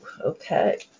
okay